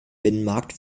binnenmarkt